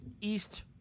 East